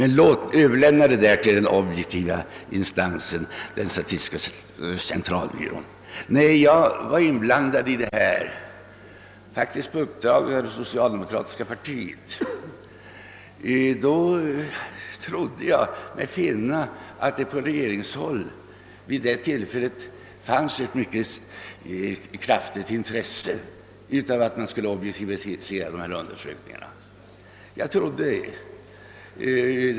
När jag sist var inblandad i sådana här diskussioner — det var faktiskt på uppdrag av socialdemokratiska partiet -— då trodde jag mig finna att det från regeringshåll vid det tillfället fanns ett mycket starkt intresse av att man skulle »objektivisera« undersökningarna.